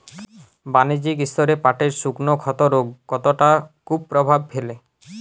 বাণিজ্যিক স্তরে পাটের শুকনো ক্ষতরোগ কতটা কুপ্রভাব ফেলে?